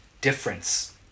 difference